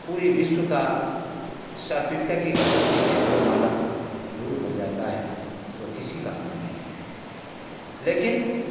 पूरी विश्व का सात्विकता की कसौटी से अगर मानव दूर हो जाता है तो किसी का का नहीं है लेकिन